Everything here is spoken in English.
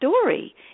story